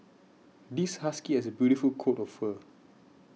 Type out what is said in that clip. this husky has a beautiful coat of fur